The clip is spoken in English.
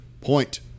point